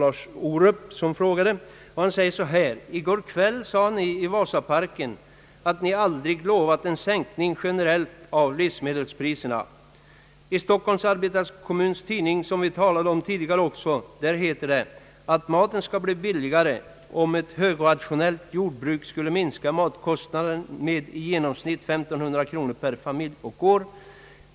Lars Orup frågade så här: »I går kväll sade ni i Vasaparken att ni aldrig lovat en sänkning generellt av livsmedelspriserna. I Stockholms arbetarkommuns tidning, som vi talade om tidigare också, heter det att maten skall bli billigare och att ett högrationellt jordbruk skulle minska matkostnaderna med i genomsnitt 1500 kronor per familj och år.